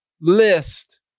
list